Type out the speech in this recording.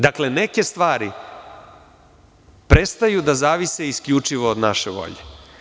Dakle, neke stvari prestaju da zavise isključivo od naše volje.